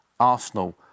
Arsenal